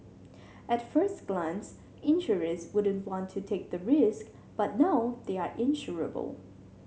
at first glance insurers wouldn't want to take the risk but now they are insurable